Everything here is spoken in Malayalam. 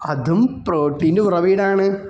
അതും പ്രോട്ടീൻ്റെ ഉറവിടമാണ്